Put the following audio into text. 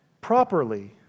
properly